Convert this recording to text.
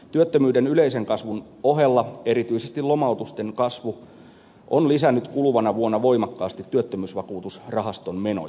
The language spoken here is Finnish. työttömyyden yleisen kasvun ohella erityisesti lomautusten kasvu on lisännyt kuluvana vuonna voimakkaasti työttömyysvakuutusrahaston menoja